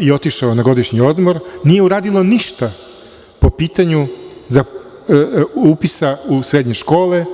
i otišao na godišnji odmor, nije uradilo ništa po pitanju upisa u srednje škole.